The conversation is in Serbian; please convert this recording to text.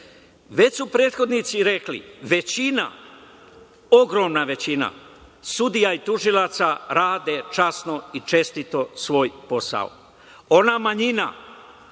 Već su prethodnici rekli, većina, ogromna većina, sudija i tužilaca rade časno i čestito svoj posao. Ona manjina